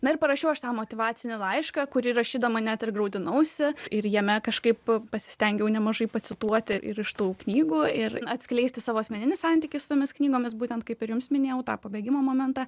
na ir parašiau aš tą motyvacinį laišką kurį rašydama net ir graudinausi ir jame kažkaip pasistengiau nemažai pacituoti ir iš tų knygų ir atskleisti savo asmeninį santykį su tomis knygomis būtent kaip ir jums minėjau tą pabėgimo momentą